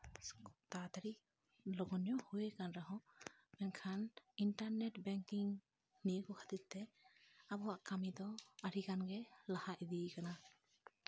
ᱛᱟᱲᱟᱛᱟᱲᱚ ᱞᱚᱜᱚᱱ ᱧᱚᱜ ᱦᱩᱭ ᱟᱠᱟᱱ ᱨᱮᱦᱚᱸ ᱢᱮᱱᱠᱷᱟᱱ ᱤᱱᱴᱟᱨᱱᱮᱹᱴ ᱵᱮᱝᱠᱤᱝ ᱱᱤᱭᱟᱹ ᱠᱚ ᱠᱷᱟᱹᱛᱤᱨ ᱛᱮ ᱟᱵᱚᱣᱟᱜ ᱠᱟᱹᱢᱤ ᱫᱚ ᱟᱹᱰᱤᱜᱟᱱ ᱜᱮ ᱞᱟᱦᱟ ᱤᱫᱤᱭ ᱠᱟᱱᱟ